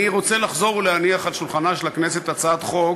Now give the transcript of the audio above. אני רוצה לחזור ולהניח על שולחנה של הכנסת הצעת חוק